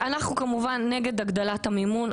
אנחנו כמובן נגד הגדלת המימון.